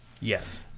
Yes